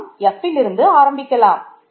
நாம் Fல் இருந்து ஆரம்பிக்கலாம்